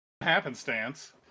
happenstance